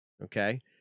Okay